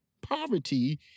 poverty